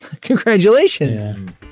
congratulations